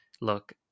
look